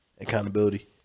accountability